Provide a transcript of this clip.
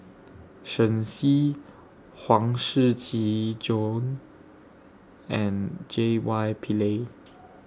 Shen Xi Huang Shiqi John and J Y Pillay